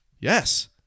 Yes